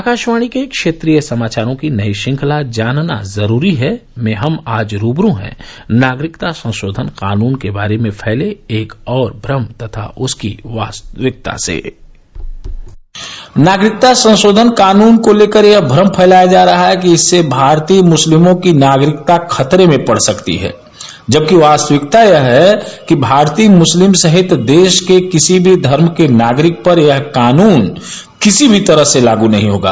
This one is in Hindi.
आकाशवाणी के क्षेत्रीय समाचारों की नई श्रृंखला जानना जरूरी है में हम आज रूबरू हैं नागरिकता संशोधन कानून के बारे में फैले एक और भ्रम तथा उसकी वास्तविकता से नागरिकता संशोधन कानून को लेकर यह भ्रम फैलाया जा रहा है कि इससे भारतीय मुस्लिमों की नागरिकता खतरे में पड़ सकती है जबकि वास्तविकता यह है कि भारतीय मुस्लिम सहित देश के किसी भी धर्म के नागरिक पर यह कानून किसी भी तरह से लागू नहीं होगा